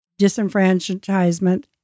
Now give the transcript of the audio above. disenfranchisement